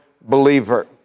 believer